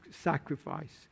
sacrifice